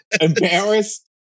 embarrassed